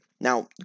Now